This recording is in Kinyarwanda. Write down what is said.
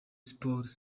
sports